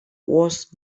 was